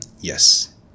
Yes